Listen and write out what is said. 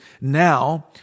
now